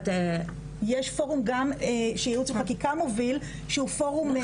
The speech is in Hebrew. יש גם פורום שייעוץ וחקיקה מוביל שהוא פורום בכלל שנוגע לחברה הערבית.